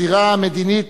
הזירה המדינית